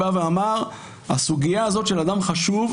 בא ואמר: הסוגיה הזו של אדם חשוב,